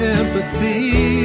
empathy